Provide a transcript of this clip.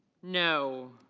no.